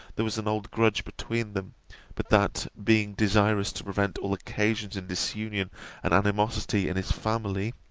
there was an old grudge between them but that, being desirous to prevent all occasions of disunion and animosity in his family,